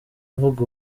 avuga